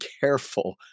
careful